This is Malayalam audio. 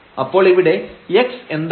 അപ്പോൾ ഇവിടെ x എന്തായിരുന്നു